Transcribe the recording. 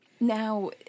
Now